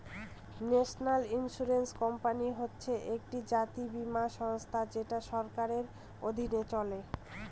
national insurance company হচ্ছে একটি জাতীয় বীমা সংস্থা যেটা সরকারের অধীনে চলে